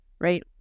Right